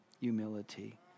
humility